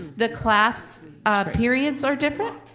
the class periods are different.